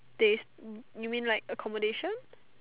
stays you mean like accommodation